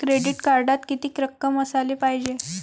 Credit कार्डात कितीक रक्कम असाले पायजे?